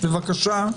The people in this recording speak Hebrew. בבקשה.